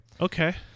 okay